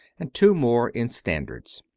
and two more in standards.